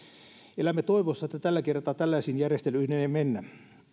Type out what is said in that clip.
elämme toivossa että tällä kertaa tällaisiin järjestelyihin ei mennä